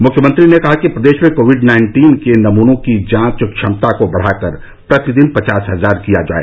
मुख्यमंत्री ने कहा कि प्रदेश में कोविड नाइन्टीन के नमूनों की जांच क्षमता को बढ़ाकर प्रतिदिन पचास हजार किया जाए